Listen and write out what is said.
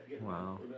Wow